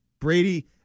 Brady